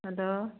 hello